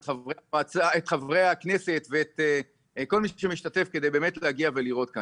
את חברי הכנסת ואת כל מי שמשתתף להגיע ולראות.